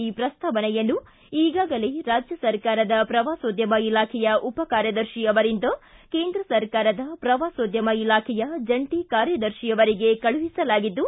ಈ ಪ್ರಸ್ತಾವನೆ ಯನ್ನು ಈಗಾಗಲೇ ಕರ್ನಾಟಕ ಸರ್ಕಾರದ ಪ್ರವಾಸೋದ್ಯಮ ಇಲಾಖೆಯ ಉಪಕಾರ್ಯದರ್ಶಿ ಅವರಿಂದ ಕೇಂದ್ರ ಸರ್ಕಾರದ ಪ್ರವಾಸೋದ್ಯಮ ಇಲಾಖೆಯ ಜಂಟ ಕಾರ್ಯದರ್ತಿಯವರಿಗೆ ಕಳುಹಿಸಲಾಗಿದ್ದು